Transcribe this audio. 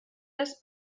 les